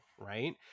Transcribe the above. right